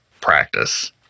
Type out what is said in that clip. practice